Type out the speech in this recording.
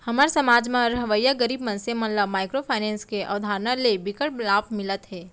हमर समाज म रहवइया गरीब मनसे मन ल माइक्रो फाइनेंस के अवधारना ले बिकट लाभ मिलत हे